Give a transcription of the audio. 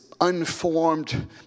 unformed